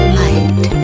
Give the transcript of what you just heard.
light